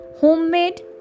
Homemade